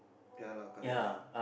ya lah correct lah